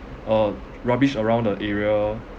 uh rubbish around the area